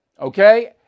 okay